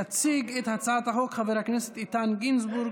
יציג את הצעת החוק חבר הכנסת איתן גינזבורג,